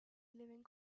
living